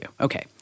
Okay